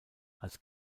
als